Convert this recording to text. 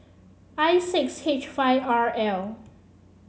I six H five R L